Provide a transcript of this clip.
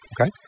Okay